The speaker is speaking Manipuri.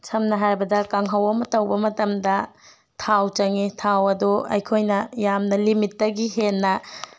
ꯁꯝꯅ ꯍꯥꯏꯔꯕꯗ ꯀꯥꯡꯍꯧ ꯑꯃ ꯇꯧꯕ ꯃꯇꯝꯗ ꯊꯥꯎ ꯆꯪꯉꯤ ꯊꯥꯎ ꯑꯗꯨ ꯑꯩꯈꯣꯏꯅ ꯌꯥꯝꯅ ꯂꯤꯃꯤꯠꯇꯒꯤ ꯍꯦꯟꯅ